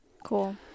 cool